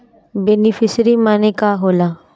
Beneficiary मने का होला?